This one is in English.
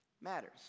matters